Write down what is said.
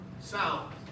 sound